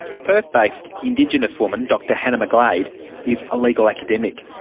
perth-based indigenous woman dr hannah mcglade is a legal academic.